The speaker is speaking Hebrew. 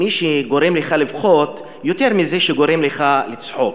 מי שגורם לך לבכות, יותר מזה שגורם לך לצחוק.